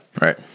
right